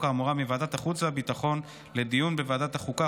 האמורה מוועדת החוץ והביטחון לדיון בוועדת החוקה,